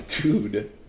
dude